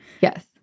Yes